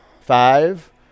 Five